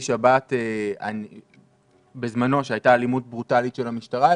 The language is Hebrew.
שבת בזמנו כשהייתה אלימות ברוטלית של המשטרה.